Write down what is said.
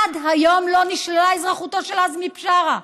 עד היום לא נשללה אזרחותו של עזמי בשארה.